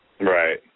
Right